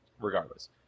Regardless